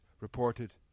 reported